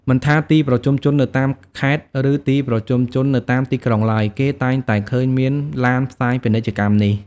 មិនថាទីប្រជុំជននៅតាមខេត្ត ឬទីប្រជុំជននៅតាមទីក្រុងឡើយ គេតែងតែឃើញមានឡានផ្សាយពាណិជ្ជកម្មនេះ។